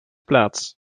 plaats